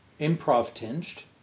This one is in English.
improv-tinged